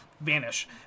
vanish